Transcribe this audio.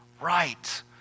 right